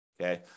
okay